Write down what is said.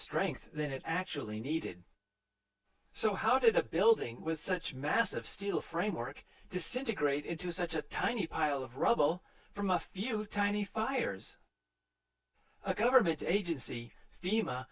strength than it actually needed so how did a building with such massive steel framework disintegrate into such a tiny pile of rubble from a few tiny fires a government agency thema